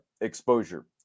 exposure